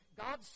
God